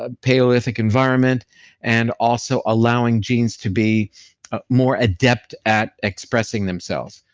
ah paleolithic environment and also allowing genes to be more adept at expressing themselves.